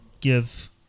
give